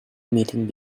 meeting